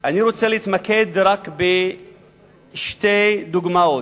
אני רוצה להתמקד רק בשתי דוגמות.